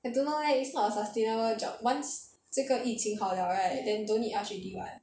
I don't know leh it's not a sustainable jobs once 这个疫情好 liao right then don't need us already [what]